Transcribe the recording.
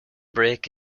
brake